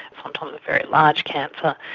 sometimes a very large cancer,